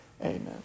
Amen